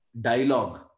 dialogue